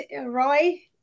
Roy